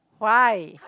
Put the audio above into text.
why